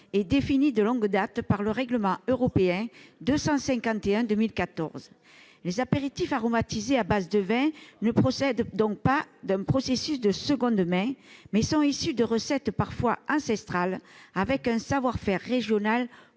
et définie de longue date par le règlement européen du 26 février 2014. Les apéritifs aromatisés à base de vin ne procèdent donc pas d'un processus de seconde main ; ils sont issus de recettes parfois ancestrales et d'un savoir-faire régional